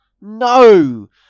No